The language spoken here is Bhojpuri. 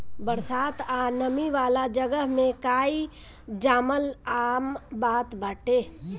बरसात आ नमी वाला जगह में काई जामल आम बात बाटे